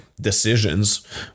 decisions